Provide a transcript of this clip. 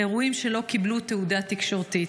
אירועים שלא קיבלו תהודה תקשורתית.